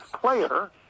Player